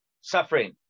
suffering